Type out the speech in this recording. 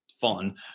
fun